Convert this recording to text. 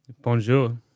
Bonjour